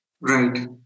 Right